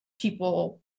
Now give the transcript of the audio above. people